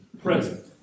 Present